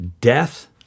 death